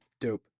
dope